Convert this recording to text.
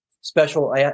special